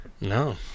No